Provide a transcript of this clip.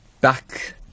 back